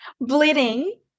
bleeding